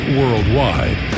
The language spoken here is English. worldwide